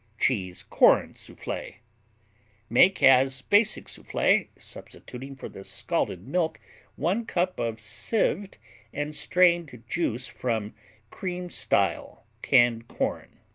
cheese-corn souffle make as basic souffle, substituting for the scalded milk one cup of sieved and strained juice from cream-style canned corn.